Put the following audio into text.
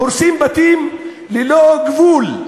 הורסים בתים ללא גבול.